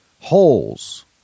holes